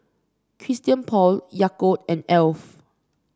Christian Paul Yakult and Alf